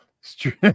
Street